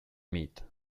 meat